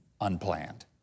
Unplanned